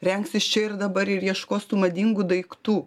rengsis čia ir dabar ir ieškos tų madingų daiktų